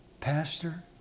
Pastor